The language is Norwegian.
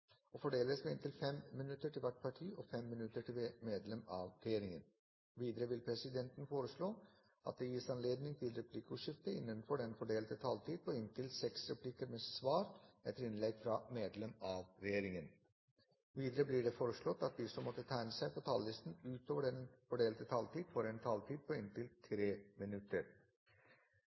og fordeles med inntil 5 minutter til hvert parti og inntil 5 minutter til medlem av regjeringen. Videre vil presidenten foreslå at det gis anledning til replikkordskifte på inntil seks replikker med svar etter innlegg fra medlem av regjeringen innenfor den fordelte taletid. Videre blir det foreslått at de som måtte tegne seg på talerlisten utover den fordelte taletid, får en taletid på inntil